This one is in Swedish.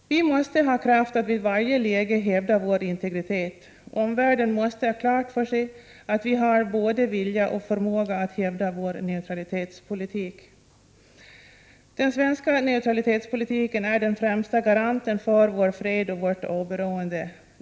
Vi måste ha kraft att vid varje läge hävda vår integritet. Omvärlden måste ha klart för sig, att vi både har vilja och förmåga att hävda vår neutralitetspolitik. Den svenska neutralitetspolitiken är den främsta garanten för vår fred och vårt oberoende.